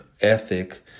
ethic